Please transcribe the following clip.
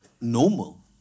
normal